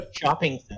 shopping